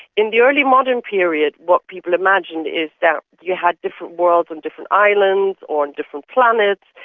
in the early modern period, what people imagined is that you had different worlds on different islands, or on different planets,